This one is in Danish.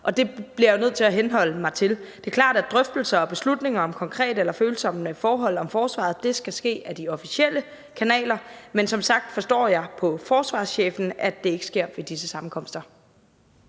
og det bliver jeg jo nødt til at henholde mig til. Det er klart, at drøftelser og beslutninger om konkrete eller følsomme forhold vedrørende forsvaret skal ske ad de officielle kanaler, men som sagt forstår jeg på forsvarschefen, at det ikke sker ved disse sammenkomster.